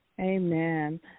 Amen